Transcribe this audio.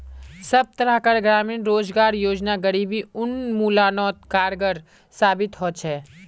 सब तरह कार ग्रामीण रोजगार योजना गरीबी उन्मुलानोत कारगर साबित होछे